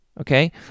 Okay